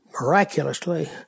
Miraculously